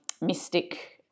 Mystic